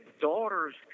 daughters